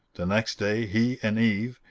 the next day he and eve,